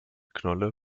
knolle